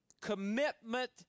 Commitment